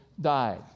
died